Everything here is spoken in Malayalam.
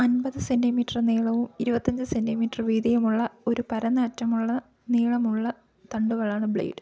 അൻപത് സെൻ്റിമീറ്റർ നീളവും ഇരുപത്തി അഞ്ച് സെൻ്റിമീറ്റർ വീതിയുമുള്ള ഒരു പരന്ന അറ്റമുള്ള നീളമുള്ള തണ്ടുകളാണ് ബ്ലേഡ്